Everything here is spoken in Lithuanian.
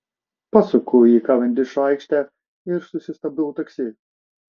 pasuku į kavendišo aikštę ir susistabdau taksi